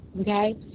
Okay